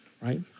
Right